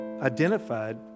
Identified